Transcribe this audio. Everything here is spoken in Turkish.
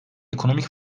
ekonomik